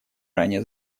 ранее